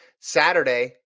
Saturday